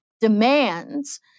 demands